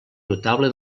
notable